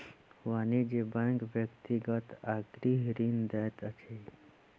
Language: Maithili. वाणिज्य बैंक व्यक्तिगत आ गृह ऋण दैत अछि